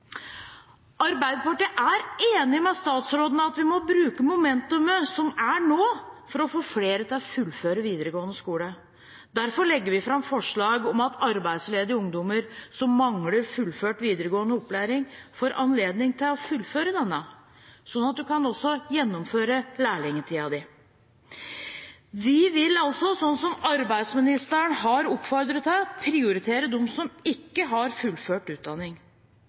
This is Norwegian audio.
Arbeiderpartiet er enig med statsråden i at vi må bruke momentumet som er nå, for å få flere til å fullføre videregående skole. Derfor legger vi fram forslag – sammen med Sosialistisk Venstreparti – om at arbeidsledige ungdommer som mangler fullført videregående opplæring, får anledning til å fullføre denne, sånn at en også kan gjennomføre lærlingtiden sin. Vi vil altså – som arbeidsministeren har oppfordret til – prioritere dem som ikke har fullført